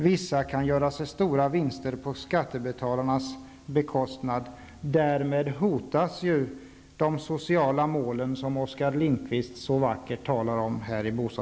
Vissa kan göra sig stora vinster på skattebetalarnas bekostnad, och därmed hotas de sociala mål i bostadspolitiken som Oskar Lindkvist här så vackert talar om.